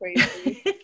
crazy